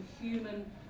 human